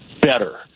better